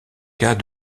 cas